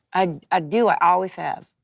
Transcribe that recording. i ah do. i always have.